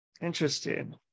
Interesting